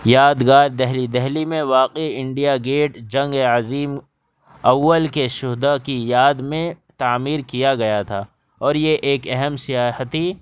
یادگار دہلی دہلی میں واقع انڈیا گیٹ جنگ عظیم اول کے شہدا کی یاد میں تعمیر کیا گیا تھا اور ایک اہم سیاحتی